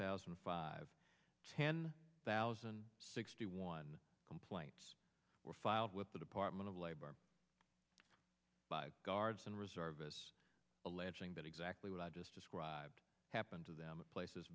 thousand and five ten thousand sixty one complaints were filed with the department of labor by guards and reservists alleging that exactly what i just described happened to them of places